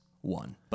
one